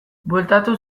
bueltatu